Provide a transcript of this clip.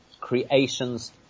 creation's